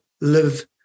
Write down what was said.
live